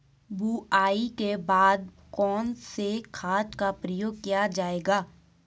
बुआई के बाद कौन से खाद का प्रयोग किया जायेगा?